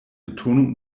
betonung